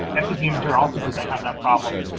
educamature also doesn't have that problem.